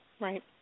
Right